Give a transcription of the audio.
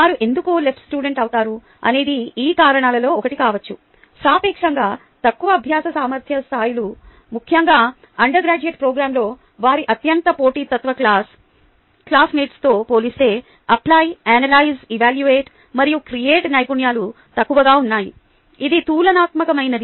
వారు ఎందుకు LS అవుతారు అనేది ఈ కారణాలలో ఒకటి కావచ్చు సాపేక్షంగా తక్కువ అభ్యాస సామర్థ్య స్థాయిలు ముఖ్యంగా అండర్గ్రాడ్యుయేట్ ప్రోగ్రామ్లో వారి అత్యంత పోటీతత్వ క్లాస్మేట్స్తో పోలిస్తే అప్లై అనలైజ్ ఎవాల్యూట మరియు క్రియేట్ నైపుణ్యాలు తక్కువగా ఉన్నాయి ఇది తులనాత్మకమైనది